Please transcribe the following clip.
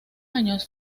años